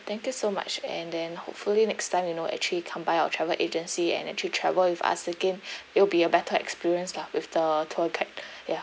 thank you so much and then hopefully next time you know actually come by our travel agency and actually travel with us again it'll be a better experience lah with the tour guide ya